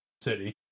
city